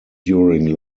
during